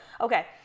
Okay